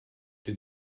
été